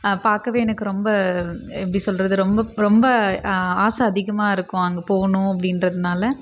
பார்க்கவே எனக்கு ரொம்ப எப்படி சொல்வது ரொம்ப ரொம்ப ஆசை அதிகமாக இருக்கும் அங்கே போகணும் அப்படின்றதுனால